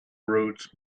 roots